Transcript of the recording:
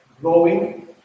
growing